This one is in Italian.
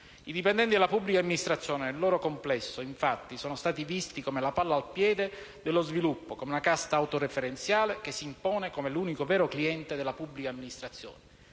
I dipendenti della pubblica amministrazione nel loro complesso, infatti, sono stati visti come la palla al piede dello sviluppo, come una casta autoreferenziale che s'impone come l'unico vero cliente della pubblica amministrazione.